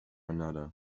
another